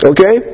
Okay